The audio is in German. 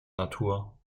natur